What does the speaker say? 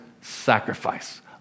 sacrifice